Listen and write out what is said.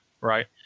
right